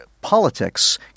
politics